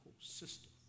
system